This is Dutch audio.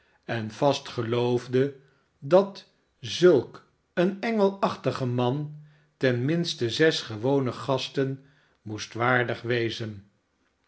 en vast geloofde dat zulk een engelachtige man ten minste zes gewone gasten moest waardig wezen